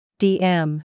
DM